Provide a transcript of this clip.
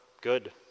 good